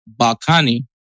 Balkani